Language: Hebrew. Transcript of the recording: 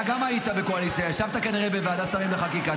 גם אתה היית בקואליציה וישבת כנראה בוועדת שרים לחקיקה.